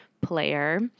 player